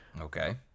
Okay